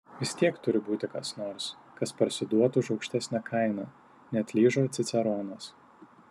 vis tiek turi būti kas nors kas parsiduotų už aukštesnę kainą neatlyžo ciceronas